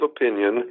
opinion